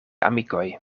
amikoj